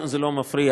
לנו זה לא מפריע,